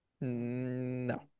No